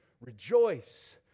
rejoice